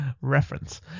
Reference